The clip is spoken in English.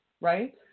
right